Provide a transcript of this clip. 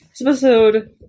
Episode